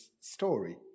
story